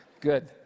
good